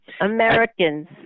Americans